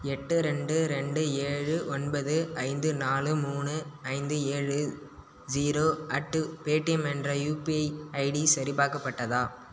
எட்டு ரெண்டு ரெண்டு ஏழு ஒன்பது ஐந்து நாலு மூணு ஐந்து ஏழு ஜீரோ அட் பேடீஎம் என்ற யுபிஐ ஐடி சரிபார்க்கப்பட்டதா